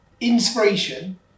Inspiration